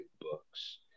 books